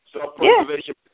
Self-preservation